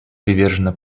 привержена